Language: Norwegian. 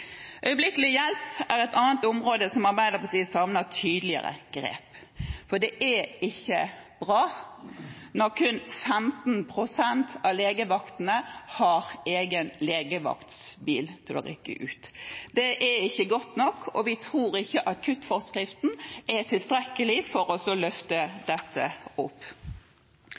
Øyeblikkelig hjelp er et annet område der Arbeiderpartiet savner tydeligere grep. Det er ikke bra når kun 15 pst. av legevaktene har egen legevaktbil til å rykke ut med. Det er ikke godt nok, og vi tror ikke akuttmedisinforskriften er tilstrekkelig for å løfte